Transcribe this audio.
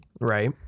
Right